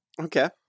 okay